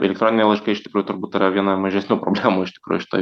elektroniniai laiškai iš tikrųjų turbūt yra viena mažesnių problemų iš tikrųjų šitoj